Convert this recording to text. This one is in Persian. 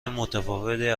متفاوتی